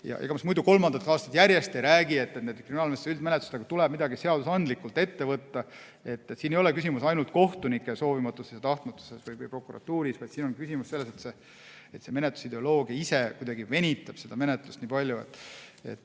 Ega ma muidu kolmandat aastat järjest ei räägi, et nende kriminaalmenetluste üldmenetlustega tuleb midagi seadusandlikult ette võtta. Siin ei ole küsimus ainult kohtunike soovimatuses ja tahtmatuses või prokuratuuris, vaid siin on küsimus selles, et menetlusideoloogia ise kuidagi venitab menetlust nii palju.